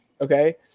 Okay